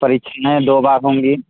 परीक्षाएँ दो बार होंगी